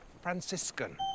Franciscan